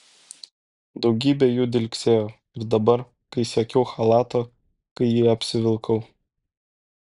daugybė jų dilgsėjo ir dabar kai siekiau chalato kai jį apsivilkau